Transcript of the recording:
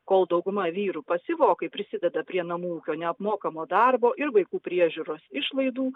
kol dauguma vyrų pasyvokai prisideda prie namų ūkio neapmokamo darbo ir vaikų priežiūros išlaidų